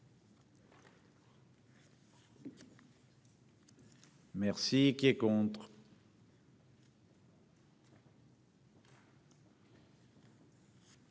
Merci qui est contre.